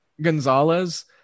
Gonzalez